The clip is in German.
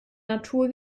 natur